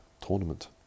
tournament